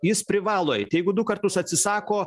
jis privalo eit jeigu du kartus atsisako